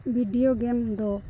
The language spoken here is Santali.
ᱵᱷᱤᱰᱤᱭᱳ ᱜᱮᱢ ᱫᱚ